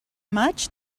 maig